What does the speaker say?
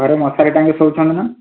ଘରେ ମଶାରୀ ଟାଙ୍ଗି ଶୋଉଛନ୍ତି ନା